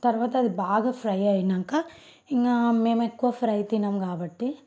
తర్వాత అది బాగా ఫ్రై అయినాక ఇంక మేము ఎక్కువ ఫ్రై తినము కాబట్టి